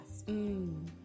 Mmm